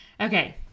Okay